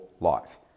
life